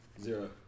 Zero